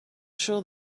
sure